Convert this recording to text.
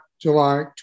July